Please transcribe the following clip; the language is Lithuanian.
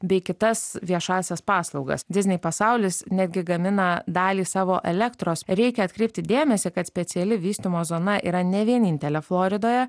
bei kitas viešąsias paslaugas diznei pasaulis netgi gamina dalį savo elektros reikia atkreipti dėmesį kad speciali vystymo zona yra ne vienintelė floridoje